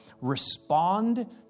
respond